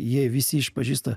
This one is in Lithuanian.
jie visi išpažįsta